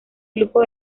flujo